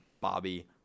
Bobby